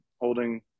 holding